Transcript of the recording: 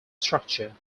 structure